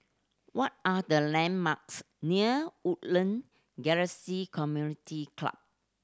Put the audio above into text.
what are the landmarks near Woodland Galaxy Community Club